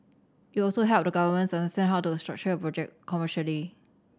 it will also help the governments understand how to structure the project commercially